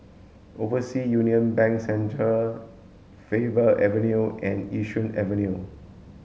Overseas Union Bank Centre Faber Avenue and Yishun Avenue